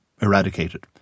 eradicated